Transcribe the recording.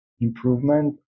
improvement